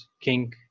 king